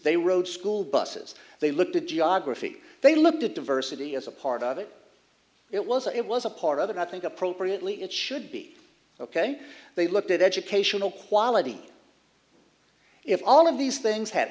they rode school buses they looked at geography they looked at diversity as a part of it it was it was a part of it i think appropriately it should be ok they looked at educational quality if all of these things had